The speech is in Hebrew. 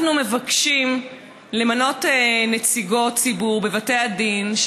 אנחנו מבקשים למנות נציגות ציבור בבתי הדין,